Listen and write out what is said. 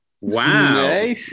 Wow